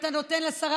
אם אתה לא תיתן לי לדבר,